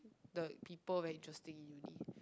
the people very interesting in uni